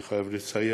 אני חייב לציין,